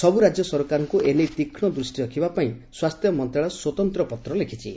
ସବୁ ରାଜ୍ୟ ସରକାରଙ୍କୁ ଏନେଇ ତୀକ୍ଷ୍ଣ ଦୃଷ୍ଟି ରଖିବାପାଇଁ ସ୍ୱାସ୍ଥ୍ୟ ମନ୍ତ୍ରଣାଳୟ ସ୍ୱତନ୍ତ୍ର ପତ୍ର ଲେଖିଛି